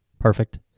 perfect